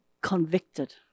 convicted